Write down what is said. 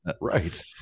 Right